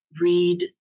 read